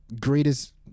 greatest